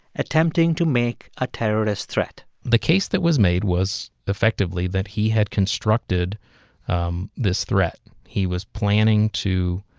attempting to make a terrorist threat the case that was made was effectively that he had constructed um this threat. he was planning to